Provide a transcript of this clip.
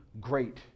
Great